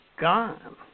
gone